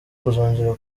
kuzongera